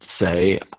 say